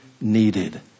needed